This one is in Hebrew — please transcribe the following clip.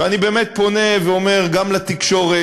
ואני באמת פונה ואומר גם לתקשורת,